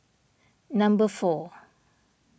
number four